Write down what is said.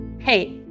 hey